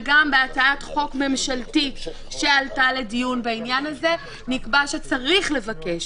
וגם בהצעת חוק ממשלתית שעלתה לדיון בעניין הזה נקבע שצריך לבקש